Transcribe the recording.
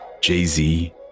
Jay-Z